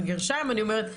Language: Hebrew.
בגרשיים אני אומרת מצחיק,